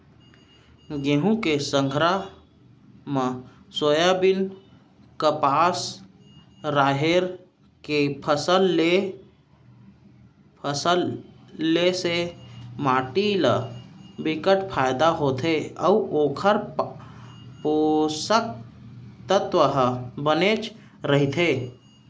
गहूँ के संघरा म सोयाबीन, कपसा, राहेर के फसल ले से माटी ल बिकट फायदा होथे अउ ओखर पोसक तत्व ह बने रहिथे